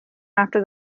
after